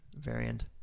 variant